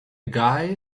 guy